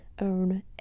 own